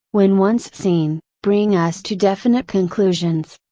when once seen, bring us to definite conclusions.